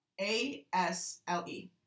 A-S-L-E